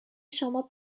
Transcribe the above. شما